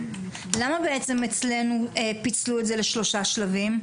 למה בעצם אצלנו פיצלו את זה לשלושה שלבים?